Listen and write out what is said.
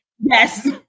Yes